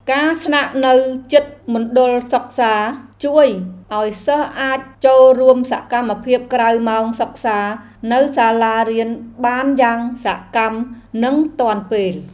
ការស្នាក់នៅជិតមណ្ឌលសិក្សាជួយឱ្យសិស្សអាចចូលរួមសកម្មភាពក្រៅម៉ោងសិក្សានៅសាលារៀនបានយ៉ាងសកម្មនិងទាន់ពេល។